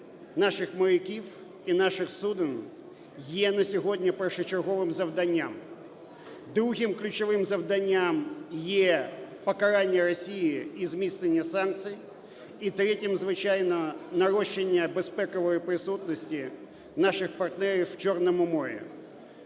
наших моряків і наших суден є на сьогодні першочерговим завданням. Друговим ключовим завданням є покарання Росії і зміцнення санкцій. І третім – звичайно, нарощування безпекової присутності наших партнерів у Чорному морі